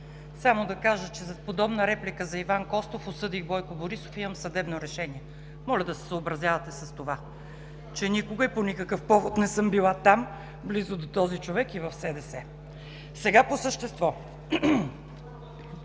само да кажа, че за подобна реплика за Иван Костов осъдих Бойко Борисов и имам съдебно решение. Моля да се съобразявате с това – че никога и по никакъв повод не съм била там, близо до този човек и в СДС! Сега по същество.